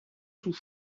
sous